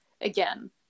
again